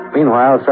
Meanwhile